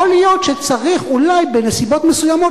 יכול להיות שצריך אולי בנסיבות מסוימות